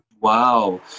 Wow